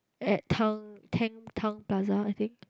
at Tang Tang Tang-Plaza I think